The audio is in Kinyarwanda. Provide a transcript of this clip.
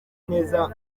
neza